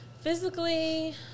Physically